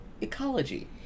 ecology